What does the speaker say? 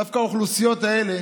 דווקא האוכלוסיות האלה,